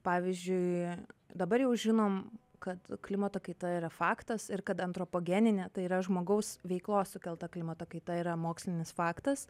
pavyzdžiui dabar jau žinom kad klimato kaita yra faktas ir kad antropogeninė tai yra žmogaus veiklos sukelta klimato kaita yra mokslinis faktas